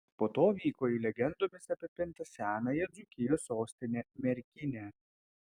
po to vyko į legendomis apipintą senąją dzūkijos sostinę merkinę